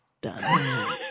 done